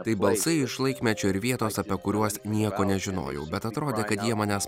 tai balsai laikmečio ir vietos apie kuriuos nieko nežinojau bet atrodė kad jie manęs